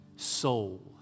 Soul